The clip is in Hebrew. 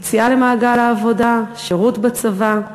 יציאה למעגל העבודה, שירות בצבא,